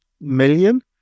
million